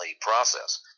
process